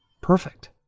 Perfect